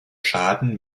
schaden